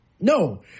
No